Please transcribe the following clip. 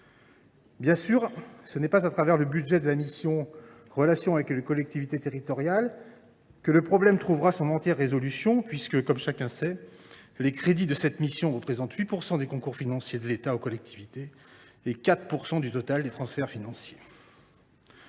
Bien sûr, ce n’est pas à travers le budget de la mission « Relations avec les collectivités territoriales » que le problème trouvera son entière résolution. Comme chacun sait, les crédits de cette mission représentent 8 % des concours financiers de l’État aux collectivités et 4 % du total des transferts financiers.